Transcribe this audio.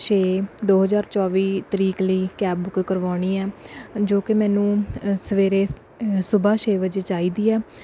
ਛੇ ਦੋ ਹਜ਼ਾਰ ਚੌਵੀ ਤਰੀਕ ਲਈ ਕੈਬ ਬੁੱਕ ਕਰਵਾਉਣੀ ਹੈ ਜੋ ਕਿ ਮੈਨੂੰ ਸਵੇਰੇ ਸੁਬਹਾ ਛੇ ਵਜੇ ਚਾਹੀਦੀ ਹੈ